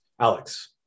Alex